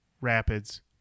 rapids